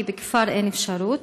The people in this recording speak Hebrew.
כי בכפר אין אפשרות.